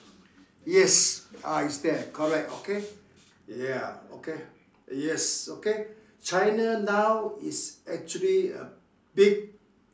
yes ah it's there correct okay ya okay yes okay China now is actually a big